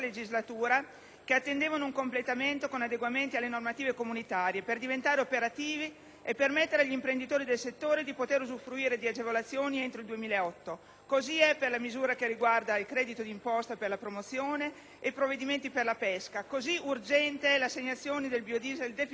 attendevano un completamento con l'adeguamento alle normative comunitarie per diventare operativi e permettere agli imprenditori del settore di usufruire di agevolazioni entro il 2008. Così è per la misura che riguarda il credito di imposta per la promozione e i provvedimenti per la pesca. Così, urgente è l'assegnazione del biodiesel defiscalizzato